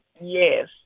Yes